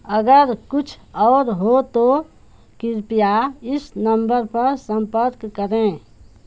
अगर कुछ और हो तो कृपया इस नम्बर पर सम्पर्क करें